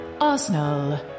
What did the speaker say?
Arsenal